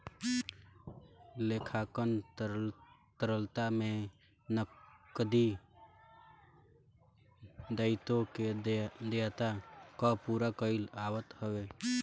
लेखांकन तरलता में नगदी दायित्व के देयता कअ पूरा कईल आवत हवे